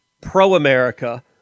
pro-America